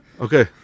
Okay